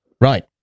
Right